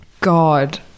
God